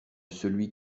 celui